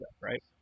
right